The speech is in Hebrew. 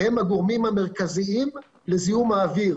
הם הגורמים המרכזיים לזיהום האוויר,